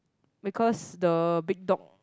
because the big dog